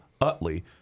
Utley